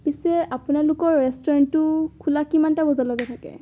পিছে আপোনালোকৰ ৰেষ্টুৰেণ্টটো খোলা কিমানটা বজালৈকে থাকে